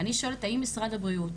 שיבחרו בהליך